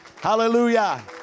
Hallelujah